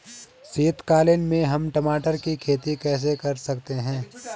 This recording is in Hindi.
शीतकालीन में हम टमाटर की खेती कैसे कर सकते हैं?